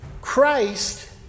Christ